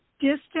distance